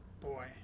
boy